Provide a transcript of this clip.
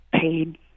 paid